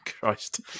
Christ